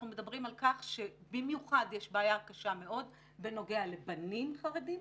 אנחנו מדברים על כך שיש בעיה קשה מאוד במיוחד בנוגע לבנים חרדים,